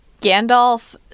gandalf